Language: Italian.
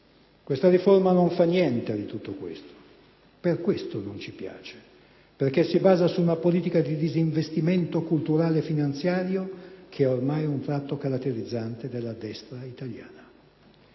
Questa riforma non fa niente di tutto questo. Per questo non ci piace, perché si basa su una politica di disinvestimento culturale e finanziario, che è ormai un tratto caratterizzante della destra italiana.